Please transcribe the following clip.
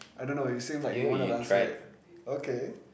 I don't know you seem like you wanted to answer it okay